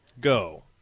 go